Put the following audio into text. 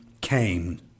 came